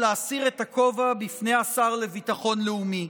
להסיר את הכובע בפני השר לביטחון לאומי.